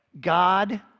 God